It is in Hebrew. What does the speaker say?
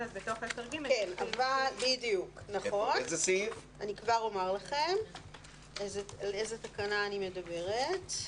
כבר אומר לאיזו תקנה אני מתכוונת.